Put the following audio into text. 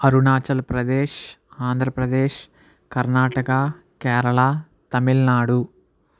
Arunachal Pradesh Andhra Pradesh Karnataka Kerala Tamil Nadu